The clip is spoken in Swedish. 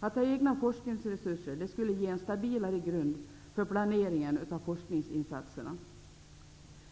Att ha egna forskningsresurser skulle ge en stabilare grund för planeringen av forskningsinsatserna. Om den